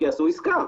כי עשו עסקה.